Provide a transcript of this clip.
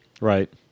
Right